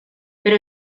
pero